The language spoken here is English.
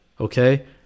okay